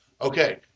Okay